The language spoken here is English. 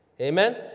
Amen